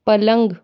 पलंग